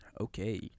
Okay